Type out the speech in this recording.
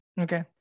Okay